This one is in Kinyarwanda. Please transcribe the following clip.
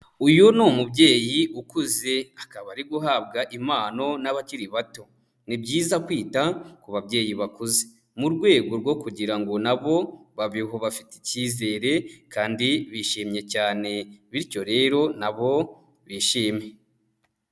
Uyu ni umubyeyi ukuze, akaba ari guhabwa impano n'abakiri bato, ni byiza kwita ku babyeyi bakuze mu rwego rwo kugira ngo na bo babeho bafite ikizere kandi bishimye cyane bityo rero na bo bishime.